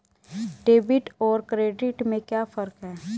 Debit और credit में क्या फर्क है?